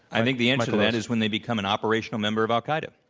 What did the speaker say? i think the answer to that is when they become an operational member of al-qaeda.